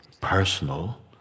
personal